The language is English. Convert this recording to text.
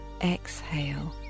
exhale